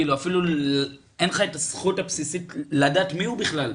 אין לך את הזכות הבסיסית לדעת מיהו בכלל,